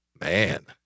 Man